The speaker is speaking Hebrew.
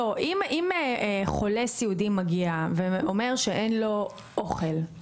אם חולה סיעודי מגיע ואומר שאין לו אוכל,